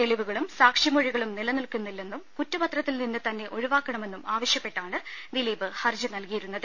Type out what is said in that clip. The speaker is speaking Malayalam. തെളിവുകളും സാക്ഷിമൊഴികളും നിലനിൽക്കില്ലെന്നും കുറ്റപത്രത്തിൽ നിന്ന് തന്നെ ഒഴിവാക്കണ മെന്നും ആവശ്യപ്പെട്ടാണ് ദിലീപ് ഹർജി നൽകിയിരുന്നത്